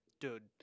Dude